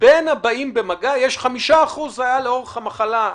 בין הבאים במגע יש 5%. כך זה היה לאורך המחלה,